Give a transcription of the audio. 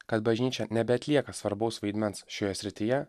kad bažnyčia nebeatlieka svarbaus vaidmens šioje srityje